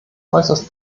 äußerst